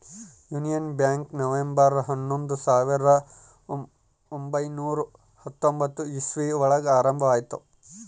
union Bank November ಹನ್ನೊಂದು ಸಾವಿರದ ಒಂಬೈನುರ ಹತ್ತೊಂಬತ್ತು ಇಸ್ವಿ ಒಳಗ ಆರಂಭ ಆಯ್ತು